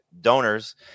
donors